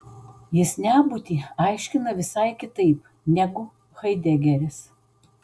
jis nebūtį aiškina visai kitaip negu haidegeris